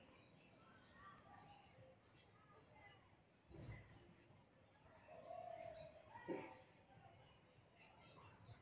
Roman engineer Sergius ओराटाक सीपेर प्रजनन आर व्यावसायीकरनेर तने जनाल जा छे